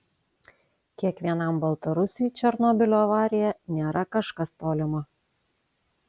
kiekvienam baltarusiui černobylio avarija nėra kažkas tolimo